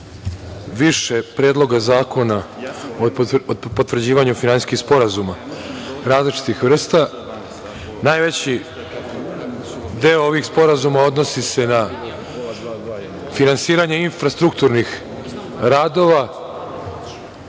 više predloga zakona o potvrđivanju finansijskih sporazuma različitih vrsta. Najveći deo ovih sporazuma odnosi se na finansiranje infrastrukturnih radova